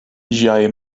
ĝiaj